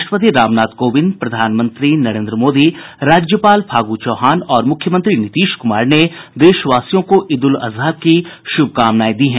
राष्ट्रपति रामनाथ कोविंद प्रधानमंत्री नरेन्द्र मोदी राज्यपाल फागु चौहान और मुख्यमंत्री नीतीश कुमार ने देशवासियों को ईद उल अजहा की शुभकामनाएं दी हैं